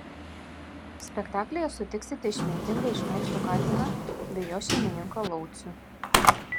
spektaklyje sutiksite išmintingą ir šmaikštų katiną bei jo šeimininką laucių